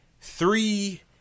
three